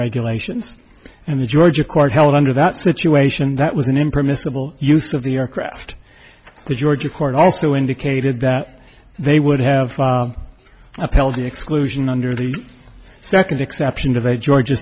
regulations and the georgia court held under that situation that was an impermissible use of the aircraft the georgia court also indicated that they would have upheld the exclusion under the second exception of a georgia